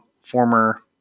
former